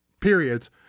periods